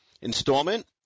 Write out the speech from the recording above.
installment